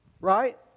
Right